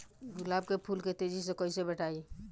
गुलाब के फूल के तेजी से कइसे बढ़ाई?